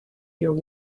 your